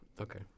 Okay